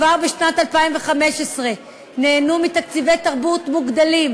כבר בשנת 2015 נהנה המגזר הערבי מתקציבי תרבות מוגדלים,